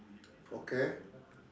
okay